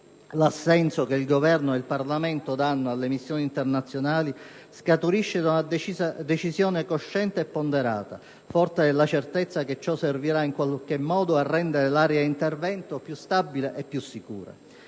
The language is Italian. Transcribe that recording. L'assenso che il Governo e il Parlamento danno alle missioni internazionali scaturisce da una decisione cosciente e ponderata, forte della certezza che ciò servirà in qualche modo a rendere l'area d'intervento più stabile e sicura.